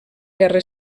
guerra